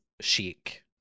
chic